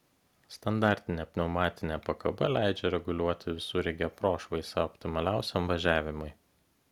standartinė pneumatinė pakaba leidžia reguliuoti visureigio prošvaisą optimaliausiam važiavimui